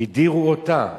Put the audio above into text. הדירו אותה.